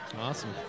Awesome